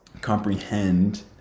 comprehend